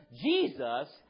Jesus